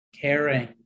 Caring